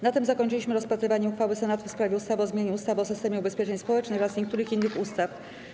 Na tym zakończyliśmy rozpatrywanie uchwały Senatu w sprawie ustawy o zmianie ustawy o systemie ubezpieczeń społecznych oraz niektórych innych ustaw.